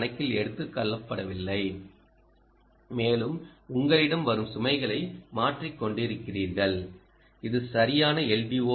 R கணக்கில் எடுத்துக்கொள்ளப்படவில்லை மேலும் உங்களிடம் வரும் சுமைகளை மாற்றிக் கொண்டிருக்கிறீர்கள் இது சரியான எல்